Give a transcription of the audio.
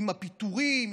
עם הפיטורים,